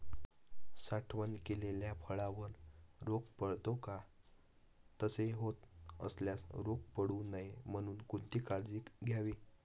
साठवण केलेल्या फळावर रोग पडतो का? तसे होत असल्यास रोग पडू नये म्हणून कोणती काळजी घ्यावी?